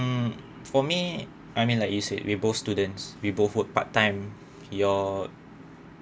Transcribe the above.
mm for me I mean like you said we both students we both work part time your